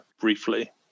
briefly